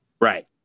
Right